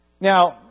Now